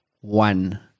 one